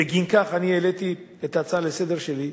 ובגינה אני העליתי את ההצעה לסדר שלי,